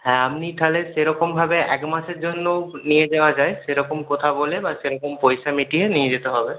হ্যাঁ আপনি তাহলে সেরকমভাবে এক মাসের জন্যও নিয়ে যাওয়া যায় সেরকম কথা বলে বা সেরকম পয়সা মিটিয়ে নিয়ে যেতে হবে